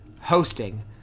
hosting